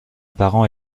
parent